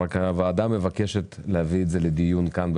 והוועדה מבקשת להביא את זה לדיון כאן,